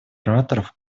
ораторов